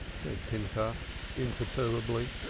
said pinchas imperturbably.